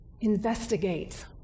investigate